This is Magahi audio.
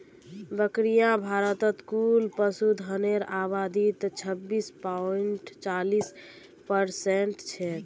बकरियां भारतत कुल पशुधनेर आबादीत छब्बीस पॉइंट चालीस परसेंट छेक